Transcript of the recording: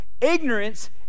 Ignorance